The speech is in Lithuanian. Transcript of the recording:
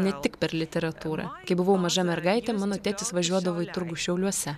ne tik per literatūrą kai buvau maža mergaitė mano tėtis važiuodavo į turgų šiauliuose